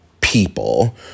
people